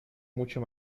mucho